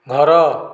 ଘର